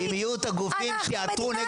לצערי אם יהיו את הגופים שיעתרו נגד